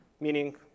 meaning